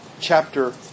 chapter